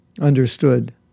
understood